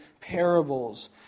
parables